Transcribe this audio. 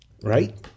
Right